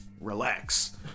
relax